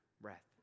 breath